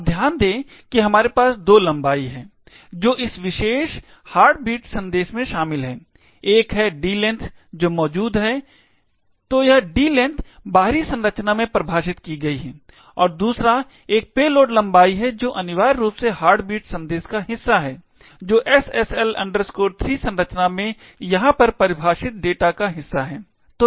अब ध्यान दें कि हमारे पास दो लंबाई हैं जो इस विशेष हार्टबीट संदेश में शामिल हैं एक है d length जो मौजूद है तो यह d length बाहरी संरचना में परिभाषित की गई है और दूसरा एक पेलोड लंबाई है जो अनिवार्य रूप से हार्टबीट संदेश का हिस्सा है जो SSL 3 संरचना में यहाँ पर परिभाषित डेटा का हिस्सा है